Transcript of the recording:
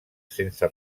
sense